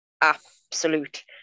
absolute